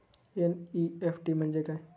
NEFT म्हणजे काय?